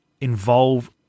involve